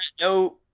no